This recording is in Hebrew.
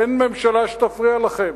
אין ממשלה שתפריע לכם.